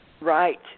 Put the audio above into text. Right